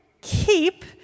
keep